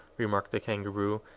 remarked the kangaroo,